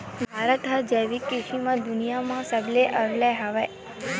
भारत हा जैविक कृषि मा दुनिया मा सबले अव्वल हवे